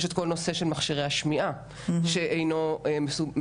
יש את כל הנושא של מכשירי השמיעה שאינו ממומן,